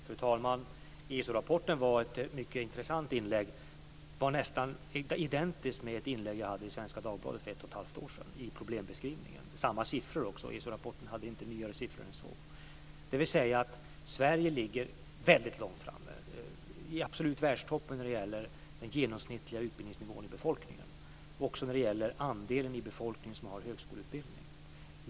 Fru talman! ESO-rapporten var ett mycket intressant inlägg. Det var nästan identiskt med ett inlägg som jag hade i Svenska Dagbladet för ett och ett halvt år sedan i problembeskrivningen. Det var samma siffror också - ESO-rapporten hade inte nyare siffror än så. Det betyder att Sverige ligger väldigt långt framme, och i absoluta världstoppen när det gäller den genomsnittliga utbildningsnivån i befolkningen, också när det gäller andelen i befolkningen som har högskoleutbildning.